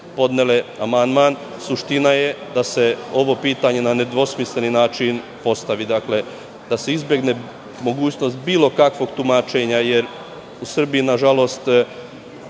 podnele amandman. Suština je da se ovo pitanje na nedvosmisleni način postavi, dakle, da se izbegne mogućnost bilo kakvog tumačenja, jer u Srbiji, nažalost,